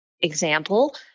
example